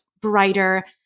brighter